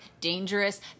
dangerous